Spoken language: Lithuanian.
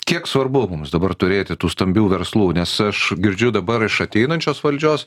kiek svarbu mums dabar turėti tų stambių verslų nes aš girdžiu dabar iš ateinančios valdžios